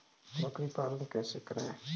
बकरी पालन कैसे करें?